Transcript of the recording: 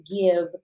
give